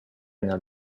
nel